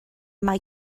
mae